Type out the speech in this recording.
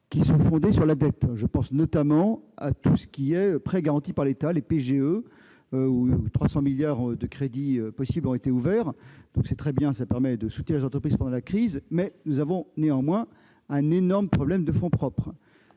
3 sont fondés sur la dette, je pense notamment aux prêts garantis par l'État, les PGE : 300 milliards de crédits possibles ont été ouverts. C'est très bien, cela permet de soutenir les entreprises pendant la crise, mais il existe un énorme problème de fonds propres.